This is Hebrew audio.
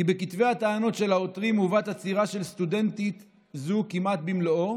כי בכתבי הטענות" של העותרים "הובא תצהירה של סטודנטית זו כמעט במלואו,